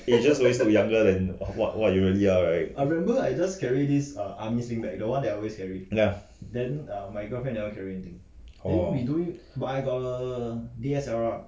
you just always look younger than what what you really are right ya oh